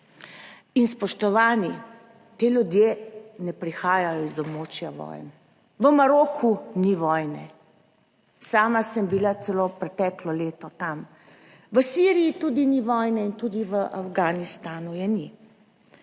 In spoštovani, ti ljudje ne prihajajo iz območja vojn. V Maroku ni vojne. Sama sem bila celo preteklo leto tam. V Siriji tudi ni vojne in tudi v Afganistanu je ni.